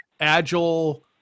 agile